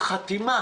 חתימה